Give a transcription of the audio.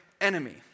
enemy